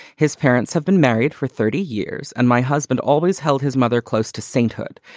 his parents have been married for thirty years and my husband always held his mother close to sainthood.